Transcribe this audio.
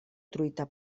truita